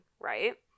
right